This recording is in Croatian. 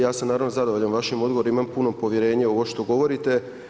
Ja sam zadovoljan vašim odgovorom i imam puno povjerenja u ovo što govorite.